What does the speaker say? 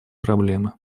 проблемы